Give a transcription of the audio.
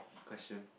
question